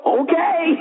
okay